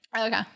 Okay